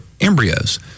embryos